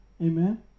Amen